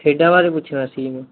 ਖੇਡਾਂ ਬਾਰੇ ਪੁੱਛਣਾ ਸੀ ਜੀ ਮੈਂ